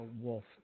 wolf